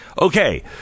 Okay